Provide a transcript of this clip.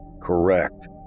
Correct